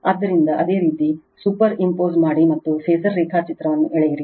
ಆದ್ದರಿಂದ ಅದೇ ರೀತಿ ಸೂಪರ್ ಇಂಪೋಸ್ ಮಾಡಿ ಮತ್ತು ಫಾಸರ್ ರೇಖಾಚಿತ್ರವನ್ನು ಎಳೆಯಿರಿ